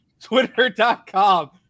twitter.com